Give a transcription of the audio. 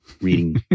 reading